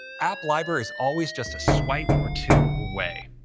app library is always just a swipe or two away.